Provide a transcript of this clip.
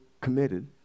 committed